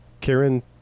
Karen